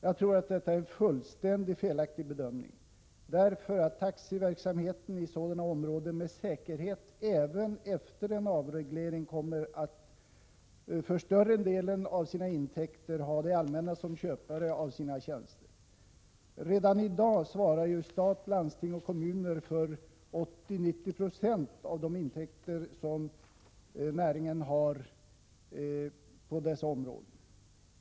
Jag tror att detta är en fullständigt felaktig bedömning, därför att taxiverksamheten i sådana områden med säkerhet även efter en avreglering kommer att för större delen av sina intäkter ha det allmänna som köpare av sina tjänster. Redan i dag svarar ju stat, landsting och kommuner för 80-90 96 av näringens intäkter.